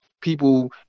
people